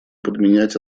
подменять